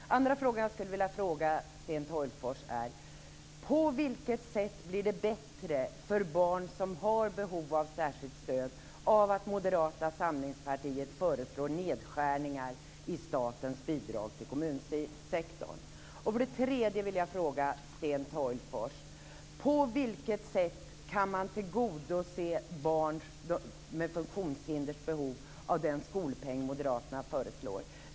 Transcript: Den andra frågan jag skulle vilja ställa till Sten Tolgfors är: På vilket sätt blir det bättre för barn som har behov av särskilt stöd av att Moderata samlingspartiet föreslår nedskärningar i statens bidrag till kommunsektorn? Den tredje frågan till Sten Tolgfors är: På vilket sätt kan man tillgodose de behov barn med funktionshinder har med den skolpeng moderaterna föreslår?